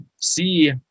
see